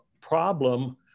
problem